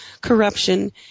corruption